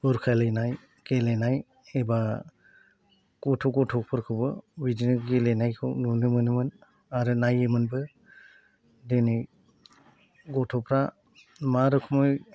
बुरखायलायनाय गेलेनाय एबा गथ' गथ'फोरखौबो बिदिनो गेलेनायखौबो नुनो मोनोमोन आरो नायोमोनबो दिनै गथ'फ्रा मा रोखोमै